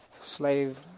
Slave